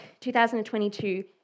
2022